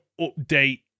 update